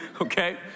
okay